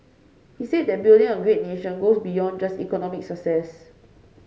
he said that building a great nation goes beyond just economic success